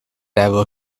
ever